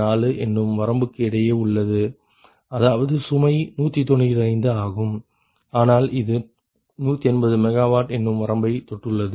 4 என்னும் வரம்புக்கு இடையே உள்ளது அதாவது சுமை 195 ஆகும் ஆனால் இது 180 MW என்னும் வரம்பை தொட்டுள்ளது